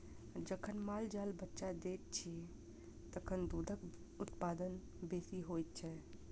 जखन माल जाल बच्चा दैत छै, तखन दूधक उत्पादन बेसी होइत छै